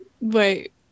Wait